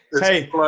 Hey